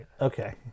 Okay